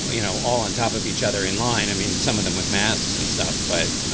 you know, all on top of each other in line. i mean, some of them with masks and stuff. but i